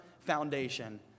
Foundation